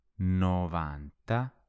Novanta